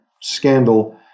scandal